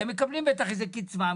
הם מקבלים בטח איזו קצבה,